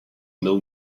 mill